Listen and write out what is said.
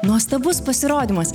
nuostabus pasirodymas